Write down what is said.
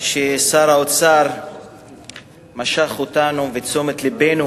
ששר האוצר משך אותנו ואת תשומת לבנו